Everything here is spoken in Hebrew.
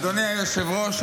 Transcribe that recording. אדוני היושב-ראש,